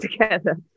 together